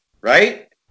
right